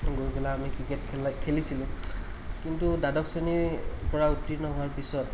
গৈ পেলাই আমি ক্ৰিকেট খেলাই খেলিছিলোঁ কিন্তু দ্বাদশ শ্ৰেণীৰ পৰা উত্তীৰ্ণ হোৱাৰ পিছত